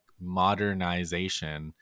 modernization